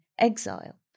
exile